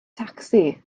tacsi